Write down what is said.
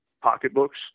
pocketbooks